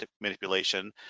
manipulation